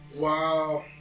Wow